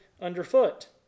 underfoot